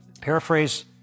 Paraphrase